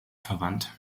verwandt